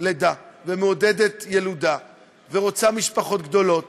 לידה ומעודדת ילודה ורוצה משפחות גדולות.